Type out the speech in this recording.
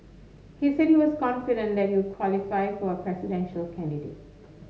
he said he was confident that he would qualify for as a presidential candidate